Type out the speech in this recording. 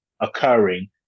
occurring